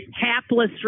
Hapless